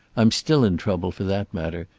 i'm still in trouble, for that matter.